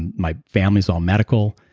and my family's all medical,